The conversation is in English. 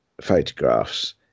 photographs